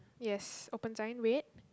yes open sign red